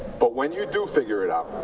but when you do figure it out,